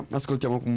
ascoltiamo